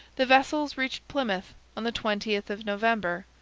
the vessels reached plymouth on the twentieth of november,